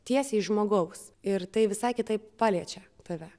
tiesiai iš žmogaus ir tai visai kitaip paliečia tave